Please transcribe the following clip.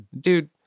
Dude